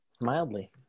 Mildly